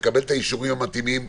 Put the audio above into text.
לקבל את האישורים המתאימים,